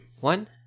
one